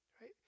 Right